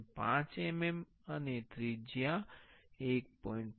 5 mm અને ત્રિજ્યા 1